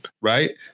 Right